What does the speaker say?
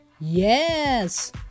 Yes